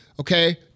Okay